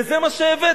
וזה מה שהבאתם.